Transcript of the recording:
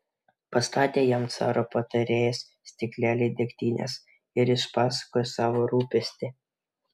pastatė jam caro patarėjas stiklelį degtinės ir išpasakojo savo rūpestį